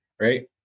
right